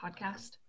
podcast